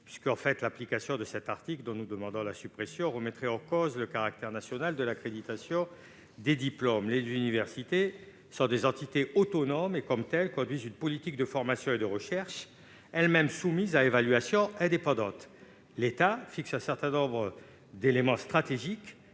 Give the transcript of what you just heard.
supérieures et de la recherche, puisque cela remettrait en cause le caractère national de l'accréditation des diplômes. Les universités sont des entités autonomes et, comme telles, elles conduisent une politique de formation et de recherche, elle-même soumise à évaluation indépendante. L'État fixe un certain nombre d'éléments stratégiques,